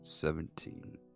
Seventeen